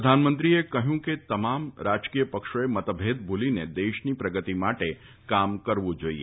પ્રધાનમંત્રીએ કહયું કે તમામ રાજકીય પક્ષોએ મતભેદ ભુલીને દેશની પ્રગતિ માટે કામ કરવુ જાઈએ